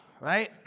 right